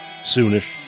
Soonish